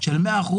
של 100%